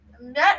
met